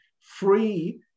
free